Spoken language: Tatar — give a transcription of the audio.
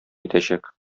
итәчәк